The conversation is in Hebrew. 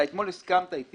אתה הסכמת איתי